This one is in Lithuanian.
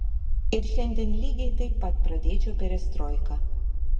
ir šiandien lygiai taip pat pradėčiau perestroiką